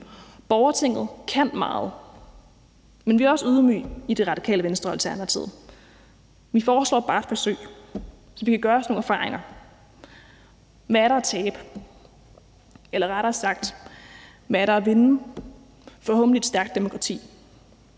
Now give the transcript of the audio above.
borgertinget kan meget. Men vi er også ydmyge i Radikale Venstre og Alternativet. Vi foreslår bare et forsøg, så vi kan gøre os nogle erfaringer. Hvad er der at tabe? Eller rettere sagt: Hvad er der at vinde? Forhåbentlig et stærkt demokrati.